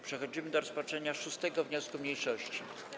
Przechodzimy do rozpatrzenia 6. wniosku mniejszości.